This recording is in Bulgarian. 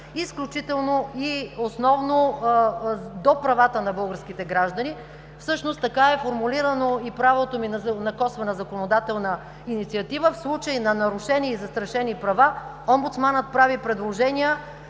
изключително и основно до правата на българските граждани. Всъщност така е формулирано и правото ми на косвена законодателна инициатива – в случай на нарушени и защитени права Омбудсманът прави предложения